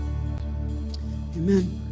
Amen